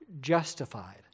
justified